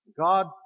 God